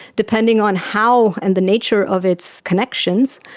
depending on how and the nature of its connections,